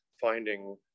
finding